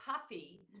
puffy